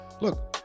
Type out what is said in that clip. look